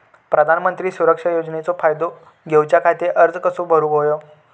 प्रधानमंत्री सुरक्षा योजनेचो फायदो घेऊच्या खाती अर्ज कसो भरुक होयो?